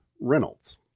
Reynolds